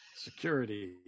Security